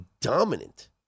dominant